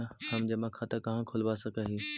हम जमा खाता कहाँ खुलवा सक ही?